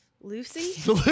Lucy